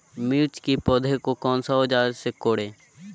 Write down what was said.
मिर्च की पौधे को कौन सा औजार से कोरे?